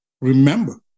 remember